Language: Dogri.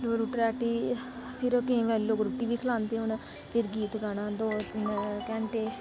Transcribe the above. रुट्टी राटी फिर केंई बारी लोग रुट्टी बी खलांदे हून फिर गीत गाने दौ तिन घंटे